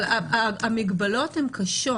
אבל המגבלות הן קשות,